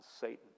Satan